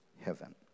heaven